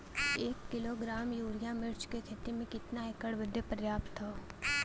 एक kilogram urea मिर्च क खेती में कितना एकड़ बदे पर्याप्त ह?